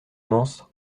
commence